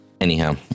Anyhow